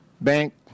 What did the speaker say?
bank